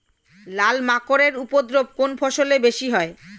লাল মাকড় এর উপদ্রব কোন ফসলে বেশি হয়?